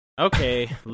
Okay